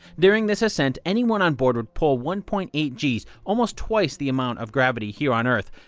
during this ascent, anyone on board would pull one point eight gs, almost twice the amount of gravity here on earth.